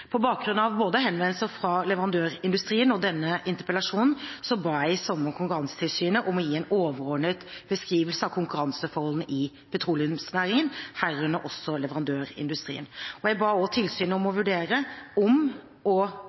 På bakgrunn av både henvendelser fra leverandørindustrien og denne interpellasjonen ba jeg i sommer Konkurransetilsynet om å gi en overordnet beskrivelse av konkurranseforholdene i petroleumsnæringen, herunder også leverandørindustrien. Jeg ba også tilsynet om å vurdere om